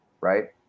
right